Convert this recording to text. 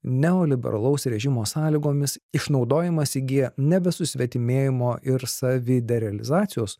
neoliberalaus režimo sąlygomis išnaudojimas įgyja nebe susvetimėjimo ir saviderealizacijos